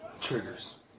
Triggers